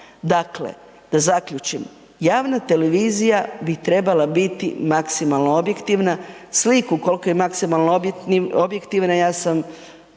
Dakle, da zaključim, javna televizija bi trebala biti maksimalno objektivna. Sliku koliko je maksimalno objektivna ja sam